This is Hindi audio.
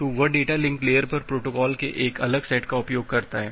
तो वह डेटा लिंक लेयर पर प्रोटोकॉल के एक अलग सेट का उपयोग करता है